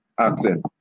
accent